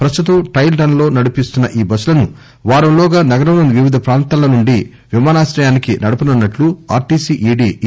ప్రస్తుతం trial run లో నడిపిస్తున్న ఈ బస్సులను వారం లోగా నగరంలోని వివిధ ప్రాంతాల నుండి విమానాశ్రయానికి నడపనున్నట్లు ఆర్టిసి ఇడి ఇ